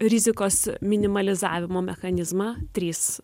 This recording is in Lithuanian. rizikos minimalizavimo mechanizmą trys